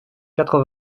quatre